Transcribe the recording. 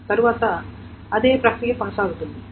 తరువాత అదే ప్రక్రియ కొనసాగుతుంది